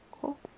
Cool